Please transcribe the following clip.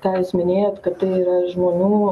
ką jūs minėjot kad tai yra žmonų